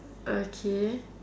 okay